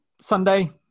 Sunday